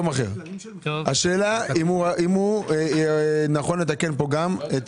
השאלה אם הוא, נכון לתקן פה גם?